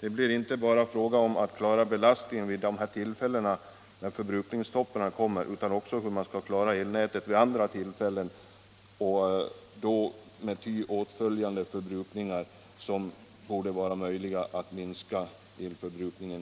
Problemet är inte bara hur man skall klara belastningen vid dessa tillfälliga förbrukningstoppar utan även hur elnätet skall byggas upp för att man på ett ekonomiskt sätt skall kunna använda det vid andra tillfällen, inte minst vid normal belastning.